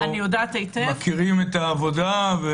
אנחנו מכירים את העבודה.